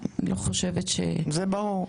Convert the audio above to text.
אני לא חושבת ש --- זה ברור.